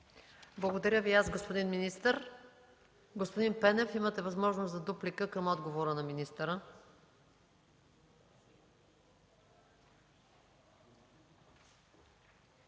Благодаря Ви и аз, господин министър. Господин Пенев, имате възможност за реплика към отговора на министъра.